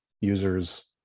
users